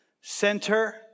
center